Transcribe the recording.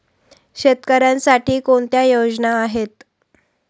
शेतकऱ्यांसाठी कोणत्या योजना आहेत?